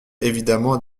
évidemment